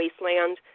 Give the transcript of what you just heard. wasteland